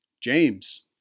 James